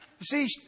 See